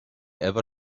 ever